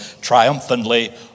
triumphantly